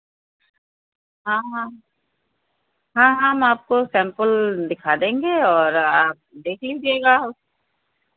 हाँ हाँ हाँ हम आपको सैंपल दिखा देंगे और आप देख लीजिएगा